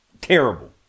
terrible